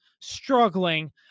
struggling